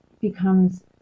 becomes